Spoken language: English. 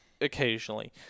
occasionally